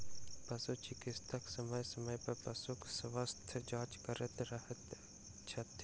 पशु चिकित्सक समय समय पर पशुक स्वास्थ्य जाँच करैत रहैत छथि